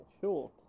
sure